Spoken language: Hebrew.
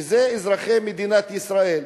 וזה אזרחי מדינת ישראל.